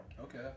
okay